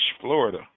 Florida